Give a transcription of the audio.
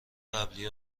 قبلی